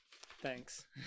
thanks